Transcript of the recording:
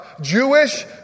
Jewish